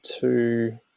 two